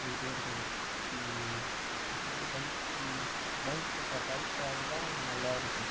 போயிகிட்டே இருக்கலாம் மற்றபடி பைக்கு பைக்கு பைக் ட்ராவல் தான் நல்லாயிருக்கும்